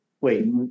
Wait